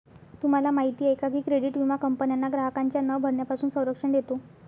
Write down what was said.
तुम्हाला माहिती आहे का की क्रेडिट विमा कंपन्यांना ग्राहकांच्या न भरण्यापासून संरक्षण देतो